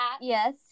Yes